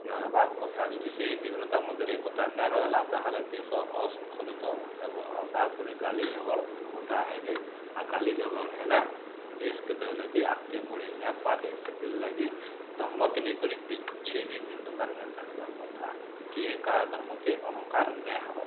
ରହେବାର୍ କଥା ଯଦି ସେ ବିଭିନ୍ନତା ମଧ୍ୟରେ ଏକତା ନାଇଁ ରହେଲା ତାହେଲେ ଦେଶ ଅଶୃଙ୍ଖଳିତ ହେବ ଆଉ ତାପରେ ଗାଲି ଝଗଡ଼ ଦୁର୍ଘଟଣା ହେବେ ଆଉ ଗାଲି ଝଗଡ଼ ହେଲେ ଦେଶ୍ କେତେବେଲେ ବି ଆଗକେ ବଢ଼ି ନେଇପାରେ ସେଥିରଲାଗି ଧର୍ମକେ ନେଇକରି କିଛି ବି ଭିନ୍ନତା ନାଇଁ ଦେଖବାର୍ କଥା କିଏ କାହାର ଧର୍ମକେ ଅହଙ୍କାର ନାଇଁହେବାର୍ କଥା